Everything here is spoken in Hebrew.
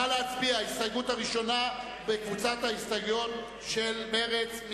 נא להצביע על ההסתייגות הראשונה בקבוצת ההסתייגויות של מרצ.